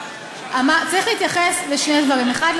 צריך להתייחס לשני דברים: אחד,